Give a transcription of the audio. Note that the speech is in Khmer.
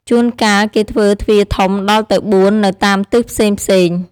ជួនកាលគេធ្វើទ្វារធំដល់ទៅ៤នៅតាមទិសផ្សេងៗ ។